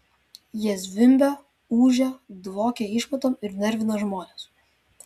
jie zvimbia ūžia dvokia išmatom ir nervina žmones